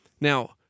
Now